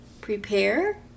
prepare